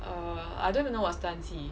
err I don't really know what's 丹气